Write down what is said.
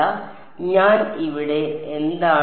അതിനാൽ ഞാൻ ഇവിടെ എന്താണ്